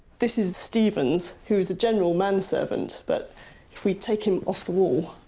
this is stevens, who is a general man servant, but if we take him off the wall.